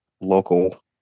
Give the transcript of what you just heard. local